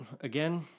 again